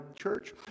church